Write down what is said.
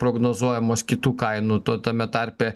prognozuojamos kitų kainų to tame tarpe